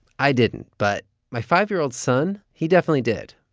i didn't. but my five year old son, he definitely did.